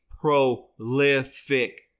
prolific